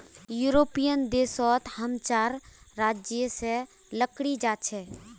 European देश सोत हम चार राज्य से लकड़ी जा छे